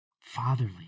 Fatherly